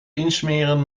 insmeren